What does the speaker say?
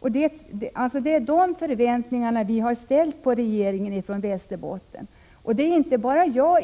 De förväntningarna har vi från Västerbotten haft på regeringen.